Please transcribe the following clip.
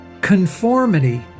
Conformity